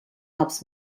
helps